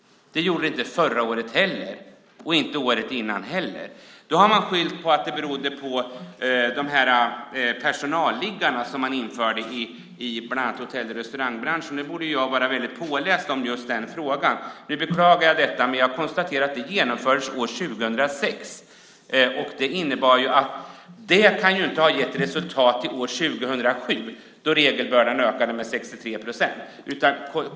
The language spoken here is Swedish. Inte heller förra året eller året dessförinnan var det någon minskning. Man har skyllt på de personalliggare som infördes bland annat i hotell och restaurangbranschen - jag borde vara väldigt påläst i just den frågan; jag beklagar. Jag konstaterar att det genomfördes år 2006. Det innebär att det inte kan ha gett resultat år 2007 då regelbördan ökade med 63 procent.